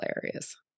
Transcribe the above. hilarious